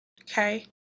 okay